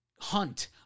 hunt